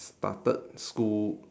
started school